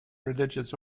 religious